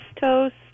toast